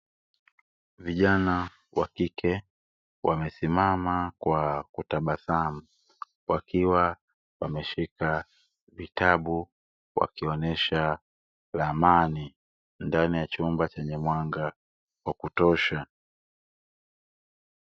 Vijana wa kike wamesimama kwa kutabasamu wakiwa wameshika vitabu wakionesha ramani, ndani ya chumba chenye mwanga wa kutosha.